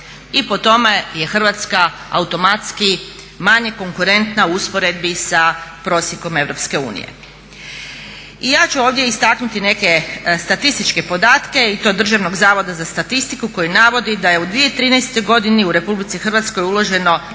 I po tome je Hrvatska automatski manje konkurentna u usporedbi sa prosjekom Europske unije. I ja ću ovdje istaknuti neke statističke podatke i to Državnog zavoda za statistiku koji navodi da je u 2013. godini u Republici Hrvatskoj uloženo